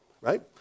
right